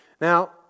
Now